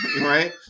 Right